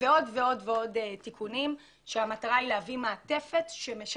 עד כמה המוטיבציה של המשטרה לטפל ולהרים